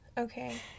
Okay